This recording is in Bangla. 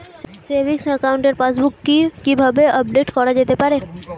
সেভিংস একাউন্টের পাসবুক কি কিভাবে আপডেট করা যেতে পারে?